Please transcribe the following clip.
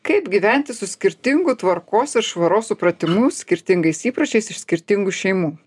kaip gyventi su skirtingu tvarkos ir švaros supratimu skirtingais įpročiais iš skirtingų šeimų